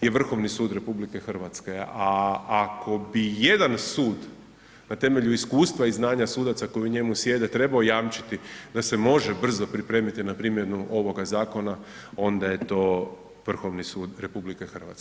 i Vrhovni sud RH, a ako bi jedan sud na temelju iskustva i znanja sudaca koji u njemu sjede trebao jamčiti da se može brzo pripremiti na primjenu ovoga zakona, onda je to Vrhovni sud RH.